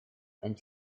and